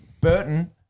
Burton